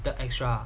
the extra